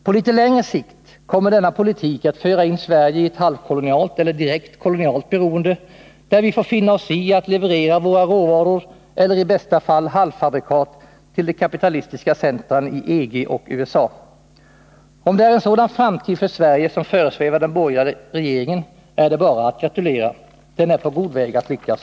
På litet längre sikt kommer denna politik att föra in Sverige i ett halvkolonialt eller direkt kolonialt beroende, där vi får finna oss i att leverera våra råvaror eller i bästa fall halvfabrikat till kapitalistiska centra i EG och USA. Om det är en sådan framtid för Sverige som föresvävar den borgerliga regeringen, är den bara att gratulera. Den är på god väg att lyckas.